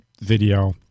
video